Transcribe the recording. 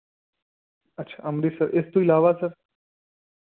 ਅੱਛਾ ਅੰਮ੍ਰਿਤਸਰ ਇਸ ਤੋਂ ਇਲਾਵਾ ਸਰ